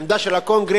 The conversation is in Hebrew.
העמדה של הקונגרס,